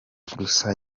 gusa